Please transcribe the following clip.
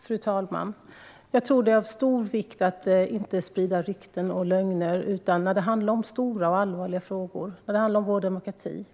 Fru talman! Jag tror att det är av stor vikt att inte sprida rykten och lögner. När det handlar om stora och allvarliga frågor som vår demokrati,